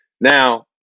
now